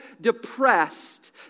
depressed